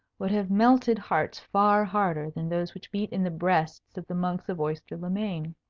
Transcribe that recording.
would have melted hearts far harder than those which beat in the breasts of the monks of oyster-le-main.